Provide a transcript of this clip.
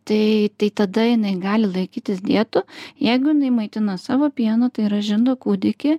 tai tai tada jinai gali laikytis dietų jeigu jinai maitina savo pienu tai yra žindo kūdikį